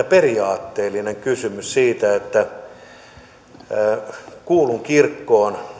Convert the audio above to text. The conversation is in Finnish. periaatteellinen kysymys siitä että kuulun kirkkoon